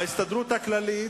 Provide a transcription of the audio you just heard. ההסתדרות הכללית,